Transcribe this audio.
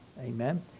Amen